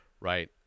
right